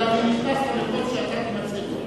אלא אני נכנס למקום שאתה תימצא בו.